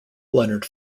leonard